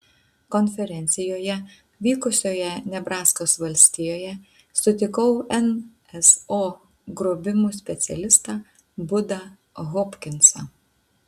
konferencijoje vykusioje nebraskos valstijoje sutikau nso grobimų specialistą budą hopkinsą